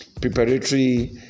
preparatory